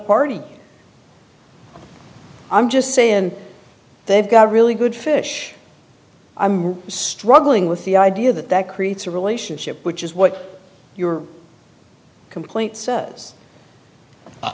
party i'm just sayin they've got really good fish i'm struggling with the idea that that creates a relationship which is what your complaint says